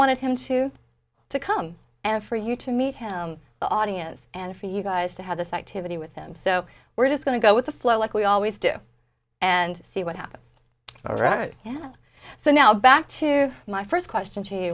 wanted him to to come and for you to meet him audience and for you guys to have this activity with him so we're just going to go with the flow like we always do and see what happens right yeah so now back to my first question to